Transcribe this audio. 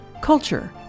culture